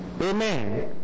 Amen